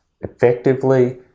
effectively